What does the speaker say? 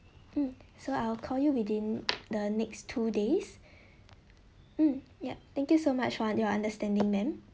mm so I'll call you within the next two days mm yup thank you so much for your understanding ma'am